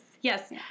Yes